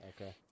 Okay